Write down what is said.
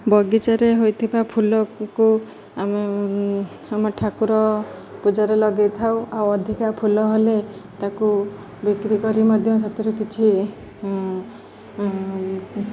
ବଗିଚାରେ ହୋଇଥିବା ଫୁଲକୁ ଆମେ ଆମ ଠାକୁର ପୂଜାରେ ଲଗେଇ ଥାଉ ଆଉ ଅଧିକା ଫୁଲ ହେଲେ ତାକୁ ବିକ୍ରି କରି ମଧ୍ୟ ସେଥିରୁ କିଛି